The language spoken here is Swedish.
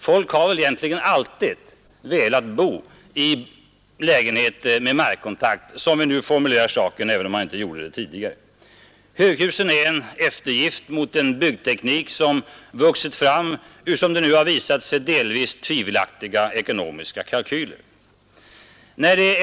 Folk har väl egentligen alltid velat bo i lägenheter med markkontakt, som vi nu formulerar det även om vi inte gjorde det tidigare. Höghusen är en eftergift åt en byggteknik som vuxit fram ur, som det nu har visat sig, delvis tvivelaktiga ekonomiska kalkyler.